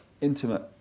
intimate